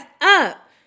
up